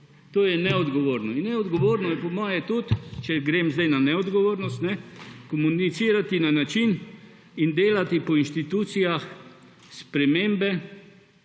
To je neodgovorno. In neodgovorno je po mojem tudi, če grem zdaj na neodgovornost, komunicirati na način in delati po inštitucijah spremembe,